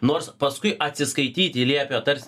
nors paskui atsiskaityti liepia tarsi